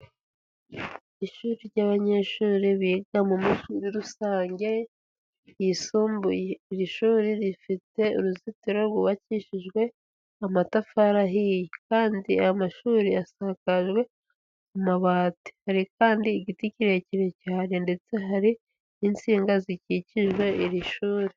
Ishuri ry'abanyeshuri biga mu mujyi muri rusange ,yisumbuye iri shuri rifite uruzitiro rwubakishijwe amatafari ahiye kandi ayo amashuri asakajwe amabati. Hari kandi igiti kirekire cyane, ndetse hari n'insinga zikikije iri shuri.